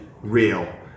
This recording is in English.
real